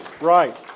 Right